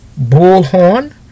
Bullhorn